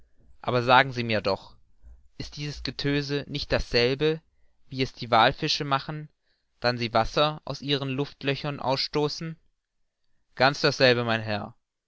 aber sagen sie mir doch ist dieses getöse nicht dasselbe wie es die wallfische machen wann sie wasser aus ihren luftlöchern ausstoßen ganz dasselbe mein herr